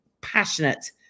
passionate